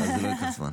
ואז זה לא ייקח זמן.